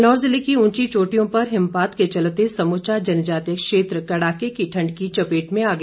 किन्नौर जिले की ऊंची चोटियों पर हिमपात के चलते समूचा जनजातीय क्षेत्र कड़ाके की ठण्ड की चपेट में आ गया